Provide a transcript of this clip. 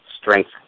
strength